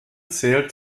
zählt